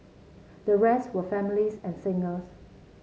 the rest were families and singles